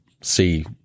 see